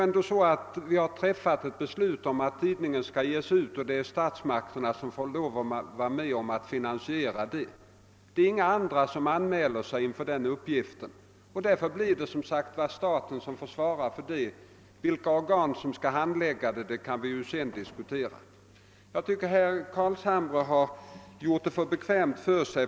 Vi har dock träffat ett beslut om att tidningen skall ges ut, och statsmakterna får lov att hjälpa till med finansieringen, ty ingå andra anmäler sig för den uppgiften. Staten får alltså svara för den saken, och frågan om vilka organ som skall sköta handläggningen kan vi diskutera senare. Jag tycker att herr Carlshamre har gjort det för bekvämt för sig.